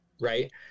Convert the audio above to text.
Right